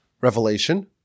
revelation